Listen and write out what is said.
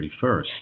31st